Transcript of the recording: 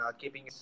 keeping